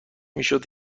میشد